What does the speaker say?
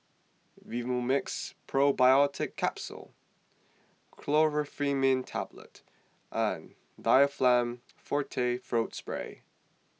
Vivomixx Probiotics Capsule Chlorpheniramine Tablets and Difflam forte Throat Spray